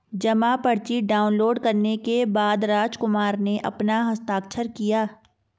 जमा पर्ची डाउनलोड करने के बाद रामकुमार ने अपना हस्ताक्षर किया